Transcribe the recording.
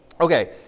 Okay